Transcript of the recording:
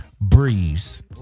Breeze